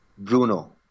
Bruno